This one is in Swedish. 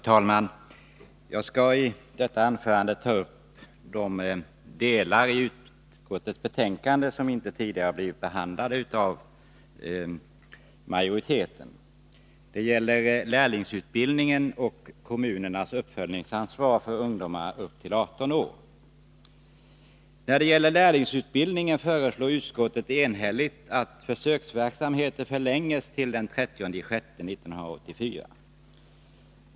Fru talman! Jag skall i detta anförande ta upp de delar i utskottets betänkande som inte tidigare har blivit behandlade av majoriteten. Det gäller lärlingsutbildningen och kommunernas uppföljningsansvar för ungdomar upp till 18 år. När det gäller lärlingsutbildningen föreslår utskottet enhälligt att försöksverksamheten förlängs till den 30 juni 1984.